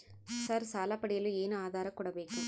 Sir ಸಾಲ ಪಡೆಯಲು ಏನು ಆಧಾರ ಕೋಡಬೇಕು?